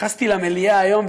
נכנסתי למליאה היום,